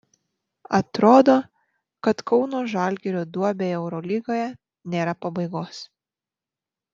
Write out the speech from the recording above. atrodo kad kauno žalgirio duobei eurolygoje nėra pabaigos